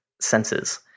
senses